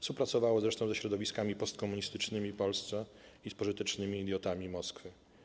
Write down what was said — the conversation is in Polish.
Współpracowało zresztą ze środowiskami postkomunistycznymi w Polsce i z pożytecznymi idiotami Moskwy.